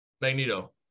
Magneto